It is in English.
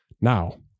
Now